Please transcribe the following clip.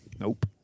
Nope